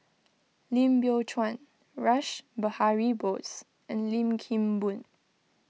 Lim Biow Chuan Rash Behari Bose and Lim Kim Boon